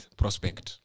prospect